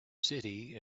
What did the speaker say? city